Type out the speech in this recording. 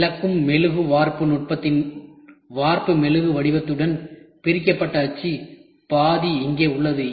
இழக்கும் மெழுகு வார்ப்பு நுட்பத்தின் வார்ப்பு மெழுகு வடிவத்துடன் பிரிக்கப்பட்ட அச்சு பாதி இங்கே உள்ளது